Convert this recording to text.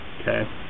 okay